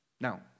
Now